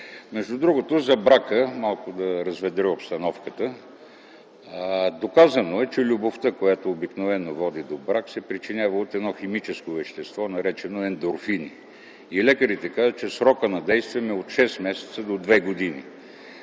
Между другото, за брака – малко да разведря обстановката. Доказано е, че любовта, която обикновено води до брак, се причинява от едно химическо вещество, наречено ендорфини. Лекарите казват, че срокът на действие му е от 6 месеца до 2 години.